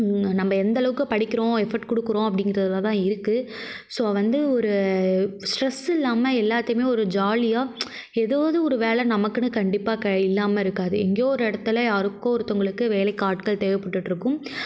நம்ம எந்தளவுக்கு படிக்கிறோம் எஃப்போர்ட் கொடுக்கறோம் அப்படிங்கறதலதான் இருக்குது ஸோ வந்து ஒரு ஸ்ட்ரெஸ் இல்லாமல் எல்லாத்தையுமே ஒரு ஜாலியாக ஏதாவது ஒரு வேலை நமக்கெனு கண்டிப்பாக இல்லாமல் இருக்காது எங்கேயோ ஒரு இடத்துல யாருக்கோ ஒருத்தவங்களுக்கு வேலைக்கு ஆட்கள் தேவை பட்டுகிட்ருக்கும்